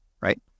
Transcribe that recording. right